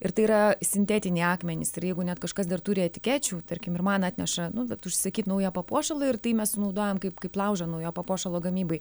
ir tai yra sintetiniai akmenys ir jeigu net kažkas dar turi etikečių tarkim ir man atneša nu vat užsisakyt naują papuošalą ir tai mes sunaudojam kaip kaip laužą naujo papuošalo gamybai